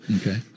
Okay